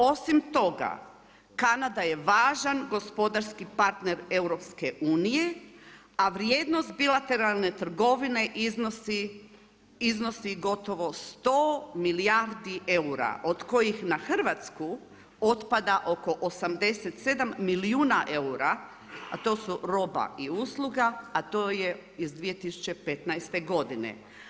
Osim toga, Kanada je važan gospodarski partner EU-a, a vrijednost bilateralne trgovine iznosi gotovo 100 milijardi eura od kojih na Hrvatsku otpada oko 87 milijuna eura, a to su roba i usluga a to je iz 2015. godine.